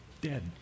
dead